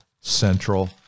Central